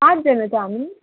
आठजना छ हामी